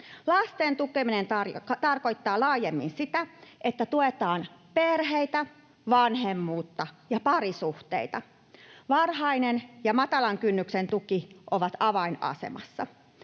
Lasten tukeminen tarkoittaa laajemmin sitä, että tuetaan perheitä, vanhemmuutta ja parisuhteita. Varhainen ja matalan kynnyksen tuki ovat avainasemassa.